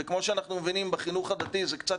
וכמו שאנחנו מבינים בחינוך הדתי זה קצת